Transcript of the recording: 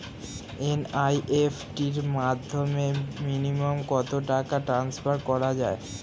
NEFT র মাধ্যমে minimum কত টাকা টান্সফার করা যায়?